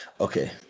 Okay